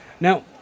Now